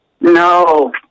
No